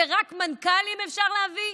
שרק מנכ"לים אפשר להביא?